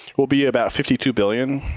will be about fifty two billion